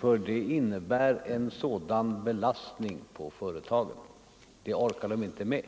för den innebär en sådan belastning på företagen. Det orkar de inte med.